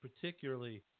particularly